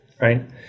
right